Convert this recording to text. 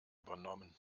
übernommen